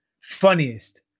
funniest